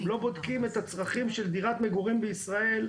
לא בודקים את הצרכים של דירת מגורים בישראל,